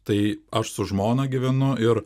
tai aš su žmona gyvenu ir